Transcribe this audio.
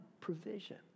provision